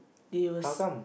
they was